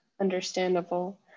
understandable